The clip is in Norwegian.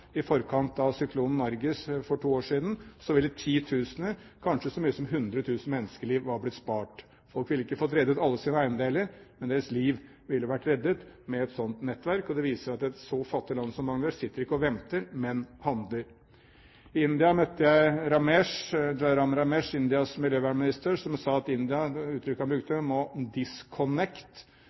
i forkant av syklonen Nargis for to år siden, ville titusener, kanskje så mye som hundre tusen menneskeliv ha blitt spart. Folk ville ikke ha fått reddet alle sine eiendeler, men deres liv ville vært reddet med et slikt nettverk. Det viser at et så fattig land som Bangladesh ikke sitter og venter, men handler. I India møtte jeg Jairam Ramesh, Indias miljøvernminister, som sa at India må «disconnect» – det var det uttrykket han brukte.